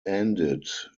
ended